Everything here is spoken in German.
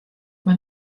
man